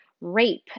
rape